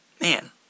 man